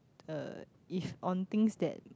uh if on things that